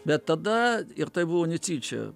bet tada ir tai buvo netyčia